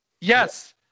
Yes